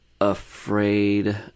afraid